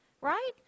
Right